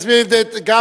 תודה רבה.